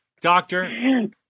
Doctor